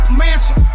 mansion